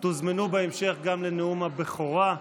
תוזמנו בהמשך גם לנאום הבכורה,